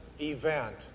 event